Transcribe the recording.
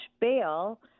bail